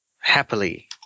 happily